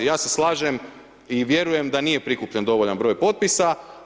I ja se slažem i vjerujem da nije prikupljen dovoljan broj potpisa.